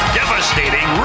devastating